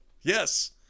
Yes